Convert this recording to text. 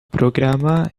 programa